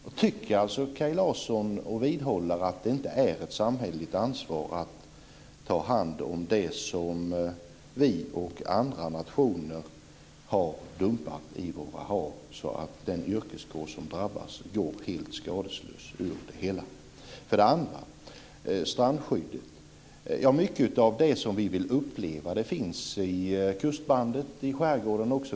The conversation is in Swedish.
Jag vidhåller alltså, Kaj Larsson, att det är ett samhälleligt ansvar att ta hand om det som vi och andra nationer har dumpat i våra hav, så att den yrkeskår som drabbas går helt skadeslös ur det hela. För det andra har vi strandskyddet. Mycket av det som vi vill uppleva finns i kustbandet och i skärgården.